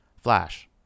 Flash